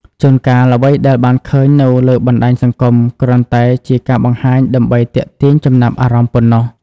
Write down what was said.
ជួនកាលអ្វីដែលបានឃើញនៅលើបណ្តាញសង្គម គ្រាន់តែជាការបង្ហាញដើម្បីទាក់ទាញចំណាប់អារម្មណ៍ប៉ុណ្ណោះ។